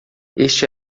este